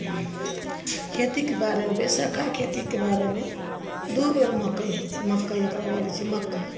खेतीके बारेमे बैसक्खा खेतीके बारेमे दू बेर मकइ होइ छै मकइ जेकरा बोलै छै मकइ